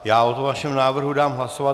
Já o vašem návrhu dám hlasovat.